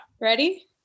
Ready